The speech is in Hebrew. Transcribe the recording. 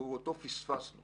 ואותו פספסנו